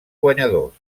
guanyadors